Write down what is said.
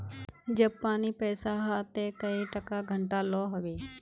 जब पानी पैसा हाँ ते कई टका घंटा लो होबे?